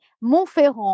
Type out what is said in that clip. Montferrand